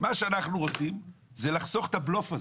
מה שאנחנו רוצים זה לחסוך את הבלוף הזה,